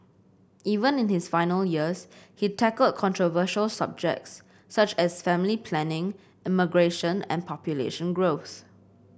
even in his final years he tackled controversial subjects such as family planning immigration and population growth